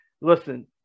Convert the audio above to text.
Listen